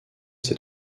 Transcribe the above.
ces